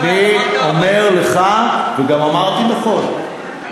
אמרת 40. אני אומר לך וגם אמרתי נכון.